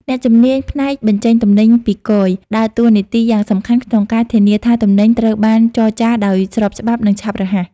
អ្នកជំនាញផ្នែកបញ្ចេញទំនិញពីគយ ដើរតួនាទីយ៉ាងសំខាន់ក្នុងការធានាថាទំនិញត្រូវបានចរាចរដោយស្របច្បាប់ និងឆាប់រហ័ស។